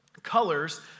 colors